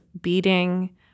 beating